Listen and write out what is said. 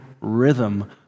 rhythm